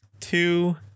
two